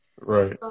Right